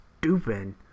stupid